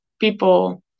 people